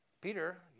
Peter